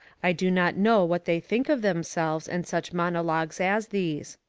i do not know what they think of themselves and such monologues as these.